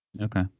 okay